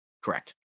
Correct